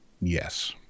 Yes